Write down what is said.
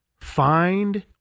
Find